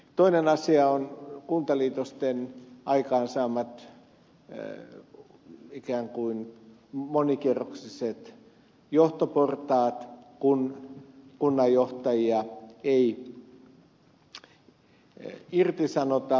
toinen asia on kuntaliitosten aikaansaamat ikään kuin monikerroksiset johtoportaat kun kunnanjohtajia ei irtisanota